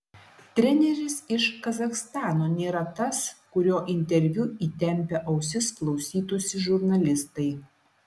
treneris iš kazachstano nėra tas kurio interviu įtempę ausis klausytųsi žurnalistai